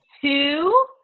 Two